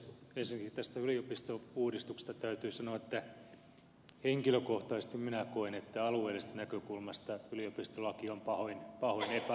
ensinnäkin tästä yliopistouudistuksesta täytyy sanoa että henkilökohtaisesti minä koen että alueellisesta näkökulmasta yliopistolaki on pahoin epäonnistunut